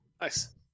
nice